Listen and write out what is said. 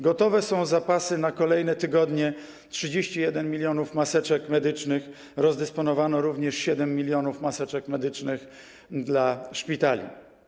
Gotowe są zapasy na kolejne tygodnie - 31 mln maseczek medycznych, rozdysponowano również 7 mln maseczek medycznych dla szpitali.